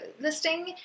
listing